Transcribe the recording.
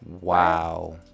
wow